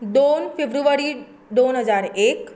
दोन फ्रेबुवारी दोन हजार एक